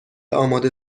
آماده